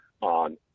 on